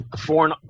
foreign